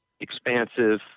expansive